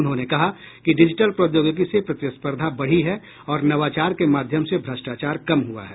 उन्होंने कहा कि डिजिटल प्रौद्योगिकी से प्रतिस्पर्धा बढ़ी है और नवाचार के माध्यम से भ्रष्टाचार कम हुआ है